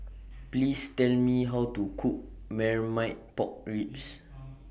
Please Tell Me How to Cook Marmite Pork Ribs